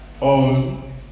on